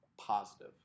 positive